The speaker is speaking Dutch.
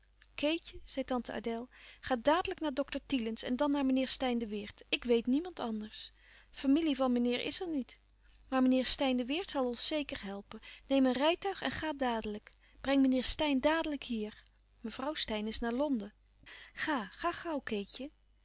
keetje zei tante adèle ga dadelijk naar dokter thielens en dan naar meneer steyn de weert ik weet niemand anders familie van meneer is er niet maar meneer steyn de weert zal ons zeker helpen neem een rijtuig en ga dadelijk breng meneer steyn dadelijk hier mevrouw steyn is naar londen ga ga gauw keetje